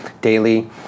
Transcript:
daily